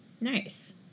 Nice